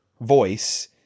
voice